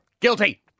guilty